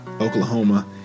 oklahoma